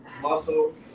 muscle